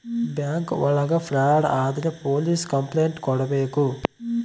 bank ಒಳಗ fraud ಆದ್ರೆ police complaint ಕೊಡ್ಬೇಕು